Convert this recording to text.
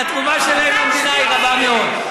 שהתרומה שלהם למדינה היא רבה מאוד.